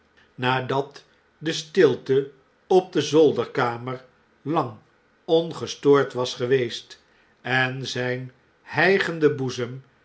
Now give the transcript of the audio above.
nadat de stilte op de zolderkamer lang ongestoord was geweest en zjjn hjjgende boezem